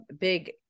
big